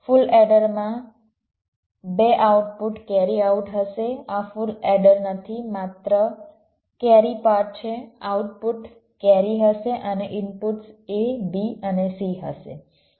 full એડરમાં 2 output carry out હશે આ ફુલ એડર નથી માત્ર કેરી પાર્ટ છે આઉટપુટ કેરી હશે અને ઇનપુટ્સ a b અને c હશે